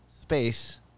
Space